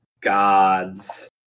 gods